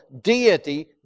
deity